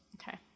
Okay